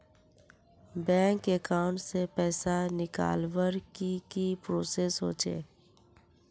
Bank account से पैसा निकालवर की की प्रोसेस होचे?